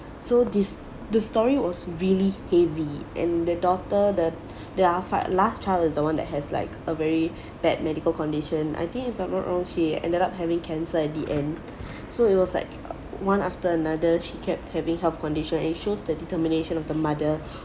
so this the story was really heavy and the daughter the the~ f~ last child is the one that has like a very bad medical condition I think if I'm not wrong she ended up having cancer at the end so it was like one after another she kept having health condition it shows the determination of the mother